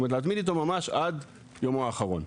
כלומר להתמיד איתו ממש עד יומו האחרון.